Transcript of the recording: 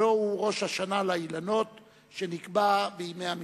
הלוא הוא ראש השנה לאילנות שנקבע בימי המשנה.